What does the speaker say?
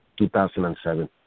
2007